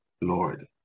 Lord